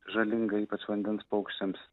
žalinga ypač vandens paukščiams